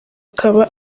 akaba